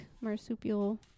marsupial